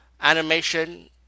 animation